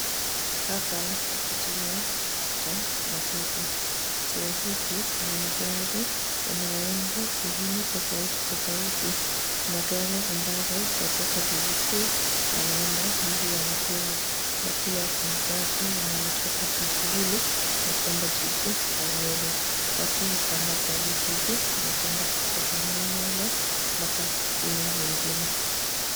Hapa ni kituo cha matatu. Kituo hiki kina magari yanayoenda sehemu tofauti tofauti na gari ambazo zinatoka jiji kuu na yanaenda mji wa Nakuru na pia kuna gari linalotoka jiji hili na kuenda jiji la Nyeri. Watu hupanda gari hizi na kuenda kutoka sehemu moja mpaka ile nyingine.